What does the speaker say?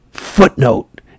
footnote